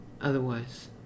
otherwise